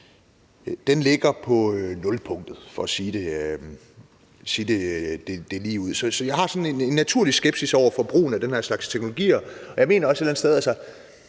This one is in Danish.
ligger på nulpunktet for at sige det ligeud. Så jeg har sådan en naturlig skepsis over for brugen af den her slags teknologier. Jeg skulle til at sige, at det er